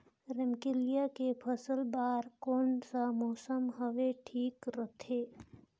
रमकेलिया के फसल बार कोन सा मौसम हवे ठीक रथे?